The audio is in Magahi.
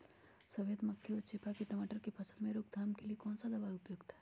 सफेद मक्खी व चेपा की टमाटर की फसल में रोकथाम के लिए कौन सा दवा उपयुक्त है?